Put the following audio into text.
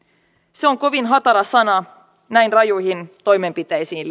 se on kovin hatara sana näin rajuihin toimenpiteisiin